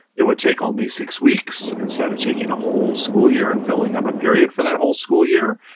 it would take only six weeks instead of taking a whole school year and filling up a period for that whole school year,